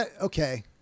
Okay